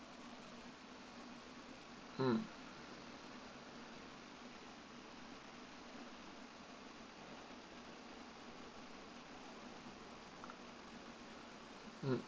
um um